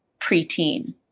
preteen